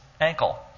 ankle